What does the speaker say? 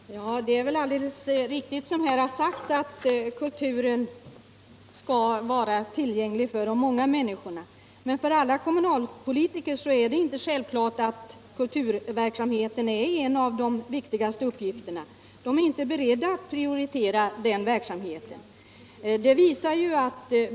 Herr talman! Det är alldeles riktigt som det här har sagts att kulturen skall vara tillgänglig för de många människorna. Men för alla kommunalpolitiker är det inte naturligt att kulturverksamheten är en av de viktigaste uppgifterna. De är inte beredda att prioritera den verksamheten.